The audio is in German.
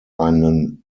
einen